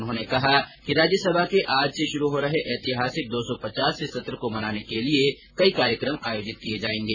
उन्होंने कहा कि राज्यसभा के आज से शुरू हो रहे ऐतिहासिक दो सौ पचासवें सत्र को मनाने के लिए कई कार्यक्रम आयोजित किए जाएंगे